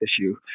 issue